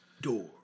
Door